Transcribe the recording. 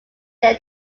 them